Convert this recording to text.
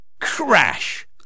Crash